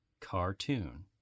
cartoon